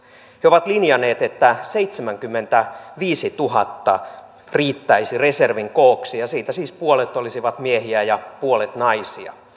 he ovat linjanneet että seitsemänkymmentäviisituhatta riittäisi reservin kooksi ja siitä siis puolet olisi miehiä ja puolet naisia